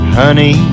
honey